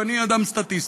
ואני אדם סטטיסטי,